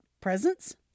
presents